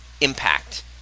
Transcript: impact